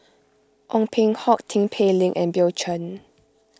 Ong Peng Hock Tin Pei Ling and Bill Chen